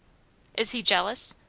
is he jealous?